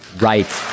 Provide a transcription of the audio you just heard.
Right